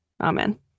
Amen